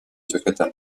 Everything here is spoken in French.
secrétaire